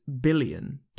billion